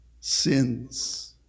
sins